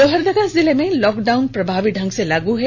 लोहरदगा जिले में लॉकडाउन प्रभावी ढंग से लागू है